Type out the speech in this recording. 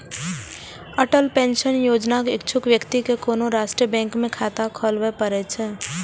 Atal pension योजनाक इच्छुक व्यक्ति कें कोनो राष्ट्रीय बैंक मे खाता खोलबय पड़ै छै